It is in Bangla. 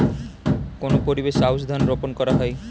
কোন পরিবেশে আউশ ধান রোপন করা হয়?